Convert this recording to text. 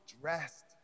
dressed